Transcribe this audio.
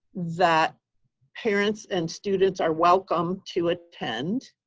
that parents and students are welcome to attend.